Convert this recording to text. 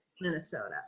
Minnesota